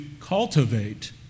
cultivate